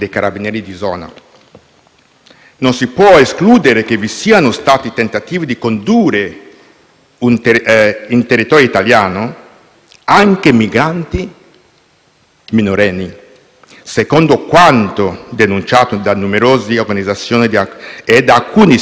non si può escludere che vi siano stati tentativi di condurre in territorio italiano anche migranti minorenni, secondo quanto denunciato da numerose organizzazioni e da alcuni sindaci dei comuni